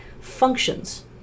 functions